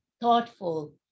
thoughtful